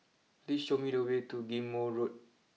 please show me the way to Ghim Moh Road